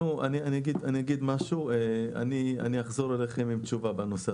אני אחזור אליכם עם תשובה בנושא הזה.